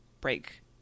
break